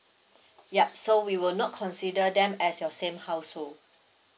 yup so we will not consider them as your same household